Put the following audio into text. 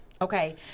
okay